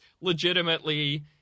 legitimately